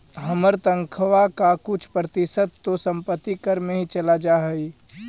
हमर तनख्वा का कुछ प्रतिशत तो संपत्ति कर में ही चल जा हई